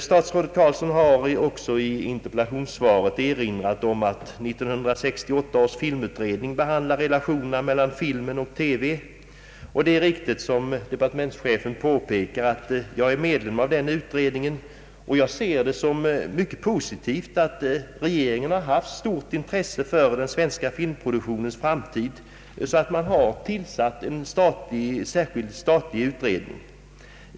Statsrådet Carlsson har också i interpellationssvaret erinrat om att 1968 års filmutredning behandlar relationerna mellan filmen och TV. Det är riktigt som departementschefen påpekar, att jag är medlem av denna utredning, och jag ser det som mycket positivt att regeringen haft så stort intresse för den svenska filmproduktionens framtid, att man tillsatt en särskild utredning.